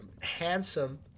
Handsome